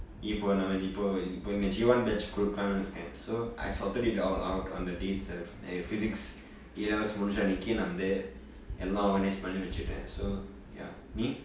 இப்பொ நம்ம இப்பொ இந்த:ippo namma ippo intha J one batch குடுக்கலாம்னு இருக்கேன்:kudukalaamnu iruken so I sorted it all out on the day itself like physics A level முடின்ஜா அன்னைக்கி நா வந்து எல்லா:mudinja annaiki naa vanthu ellaa organise பன்னி வச்சுட்டேன்:panni vachutten so ya நீ:nee